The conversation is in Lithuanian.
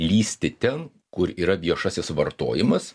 lįsti ten kur yra viešasis vartojimas